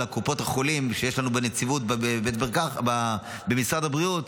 קופות החולים שיש בנציבות במשרד הבריאות,